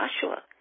Joshua